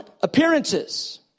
appearances